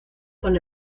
con